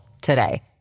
today